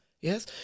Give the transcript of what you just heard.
Yes